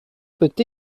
peut